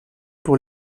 pour